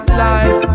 life